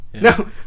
No